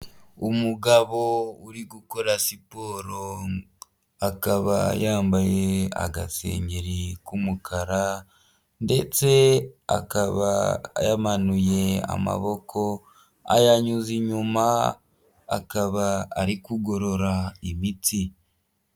Umugabo uri gukora siporo akaba yambaye agasengeri k'umukara ndetse akaba yamanuye amaboko ayanyuza inyuma akaba ari kugorora imitsi.